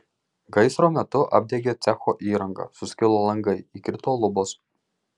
gaisro metu apdegė cecho įranga suskilo langai įkrito lubos